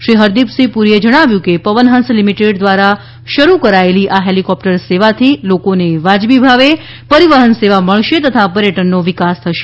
શ્રી હરદીપસિંહ પુરીએ જણાવ્યું હતું કે પવનહંસ લિમીટેડ દ્વારા શરૂ કરાયેલી આ હેલિકોપ્ટર સેવાથી લોકોને વાજબી ભાવે પરિવહન સેવા મળશે તથા પર્યટનનો વિકાસ થશે